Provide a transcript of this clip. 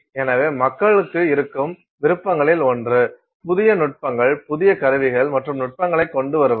எனவே மக்களுக்கு இருக்கும் விருப்பங்களில் ஒன்று புதிய நுட்பங்கள் புதிய கருவிகள் மற்றும் நுட்பங்களைக் கொண்டு வருவது